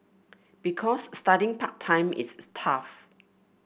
because studying part time is tough